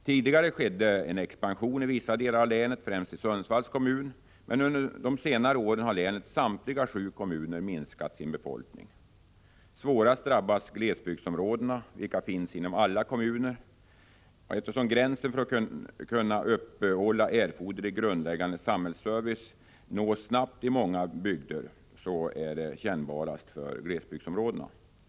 Tidigare skedde en expansion i vissa delar av länet, främst i Sundsvalls kommun. Men under senare år har länets samtliga sju kommuner minskat sin befolkning. Svårast drabbas glesbygdsområdena, vilka finns inom alla kommuner. Eftersom gränsen för att kunna uppehålla erforderlig grundläggande samhällsservice nås snabbt i många bygder är det mest kännbart för glesbygdsområdena.